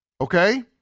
Okay